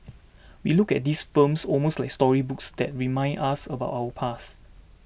we look at these films almost like storybooks that remind us about our past